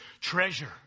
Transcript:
treasure